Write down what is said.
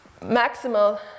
maximal